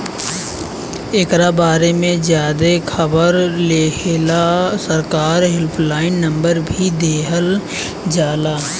एकरा बारे में ज्यादे खबर लेहेला सरकार हेल्पलाइन नंबर भी देवल जाला